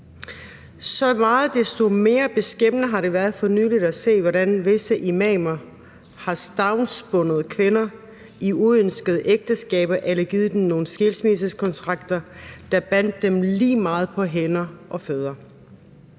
Så meget desto mere beskæmmende har det været for nylig at se, hvordan visse imamer har stavnsbundet kvinder i uønskede ægteskaber eller givet dem nogle skilsmissekontrakter, der har bundet dem på hænder og fødder.